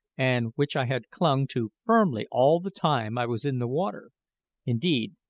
and which i had clung to firmly all the time i was in the water indeed,